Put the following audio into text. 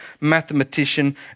mathematician